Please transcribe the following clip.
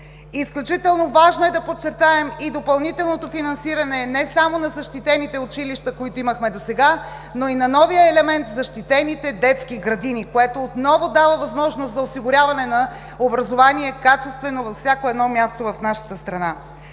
Изключително важно е да подчертаем и допълнителното финансиране не само на защитените училища, които имахме досега, но и на новия елемент в защитените детски градини, което отново дава възможност за осигуряване на качествено образование във всяко едно място в нашата страна.